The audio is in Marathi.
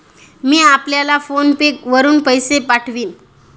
मी आपल्याला फोन पे वरुन पैसे पाठवीन